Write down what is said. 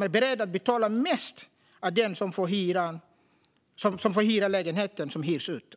är beredd att betala mest är den som får hyra den lägenhet som hyrs ut.